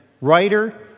writer